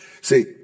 See